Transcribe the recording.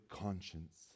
conscience